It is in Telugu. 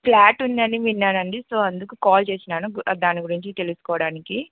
ప్ల్యాట్ ఉందని విన్నానండి సో అందుకు కాల్ చేస్తున్నాను దాని గురించి తెలుసుకోవడానికి